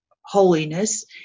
holiness